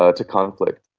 ah to conflict.